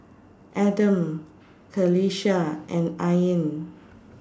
Adam Qalisha and Ain